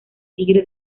tigre